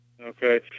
Okay